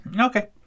Okay